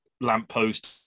lamppost